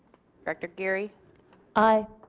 director geary aye.